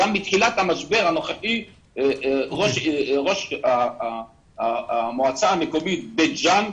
גם בתחילת המשבר הנוכחי דיברתי עם ראש המועצה המקומית בית ג'אן,